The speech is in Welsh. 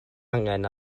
angen